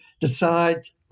decides